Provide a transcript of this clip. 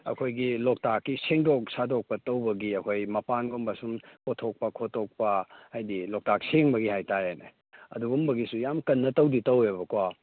ꯑꯩꯈꯣꯏꯒꯤ ꯂꯣꯛꯇꯥꯛꯀꯤ ꯁꯦꯡꯗꯣꯡ ꯁꯥꯗꯣꯛꯄ ꯇꯧꯕꯒꯤ ꯑꯩꯈꯣꯏ ꯃꯄꯥꯟꯒꯨꯝꯕ ꯁꯨꯝ ꯀꯣꯊꯣꯛꯄ ꯈꯣꯇꯣꯛꯄ ꯍꯥꯏꯗꯤ ꯂꯣꯛꯇꯥꯛ ꯁꯦꯡꯕꯒꯤ ꯍꯥꯏ ꯇꯥꯔꯦꯅꯦ ꯑꯗꯨꯒꯨꯝꯕꯒꯤꯁꯨ ꯌꯥꯝ ꯀꯟꯅ ꯇꯧꯗꯤ ꯇꯧꯋꯦꯕꯀꯣ